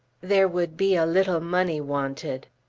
there would be a little money wanted.